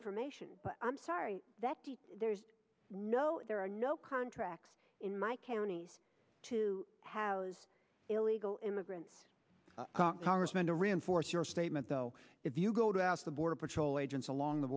information but i'm sorry that there are no contracts in my county to have illegal immigrants congressman to reinforce your statement though if you go to ask the border patrol agents along the